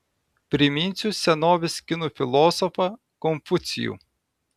priminsiu senovės kinų filosofą konfucijų